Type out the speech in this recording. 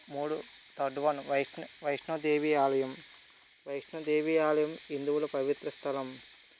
మూడు third one Vaishnav Vaishnavi Devi ఆలయం వైష్ణవిదేవి ఆలయం హిందువులు పవిత్ర స్థలం